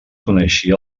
coneixia